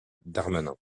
darmanin